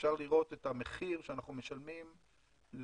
אפשר לראות את המחיר שאנחנו משלמים ללווייתן.